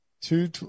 Two